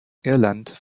irland